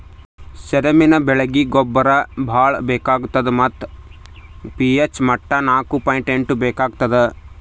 ಸೆಣಬಿನ ಬೆಳೀಗಿ ಗೊಬ್ಬರ ಭಾಳ್ ಬೇಕಾತದ್ ಮತ್ತ್ ಪಿ.ಹೆಚ್ ಮಟ್ಟಾ ನಾಕು ಪಾಯಿಂಟ್ ಎಂಟು ಇರ್ಬೇಕಾಗ್ತದ